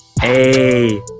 Hey